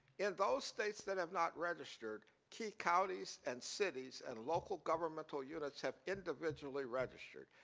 in those states that have not registered, key counties and cities and local governmental units have individually registered.